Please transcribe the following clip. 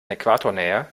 äquatornähe